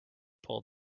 pull